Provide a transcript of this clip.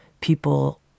people